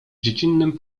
dziecinnym